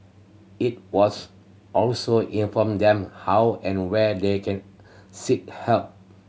it was also inform them how and where they can seek help